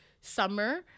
summer